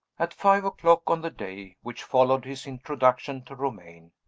at five o'clock, on the day which followed his introduction to romayne,